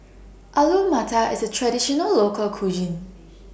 Alu Matar IS A Traditional Local Cuisine